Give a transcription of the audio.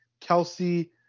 Kelsey